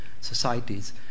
societies